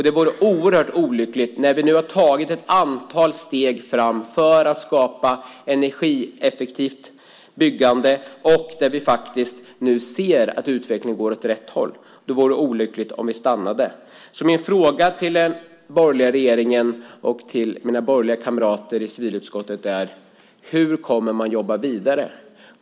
Det vore oerhört olyckligt när vi nu har tagit ett antal steg framåt för att skapa ett energieffektivt byggande och när vi faktiskt nu ser att utvecklingen går åt rätt håll. Min fråga till den borgerliga regeringen och till mina borgerliga kamrater i civilutskottet är: Hur kommer man att jobba vidare?